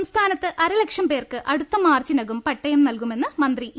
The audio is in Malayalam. സംസ്ഥാനത്ത് അരലക്ഷം പേർക്ക് അടുത്ത മാർച്ചിനകം പട്ടയം നൽകുമെന്ന് മന്ത്രി ഇ